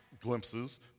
glimpses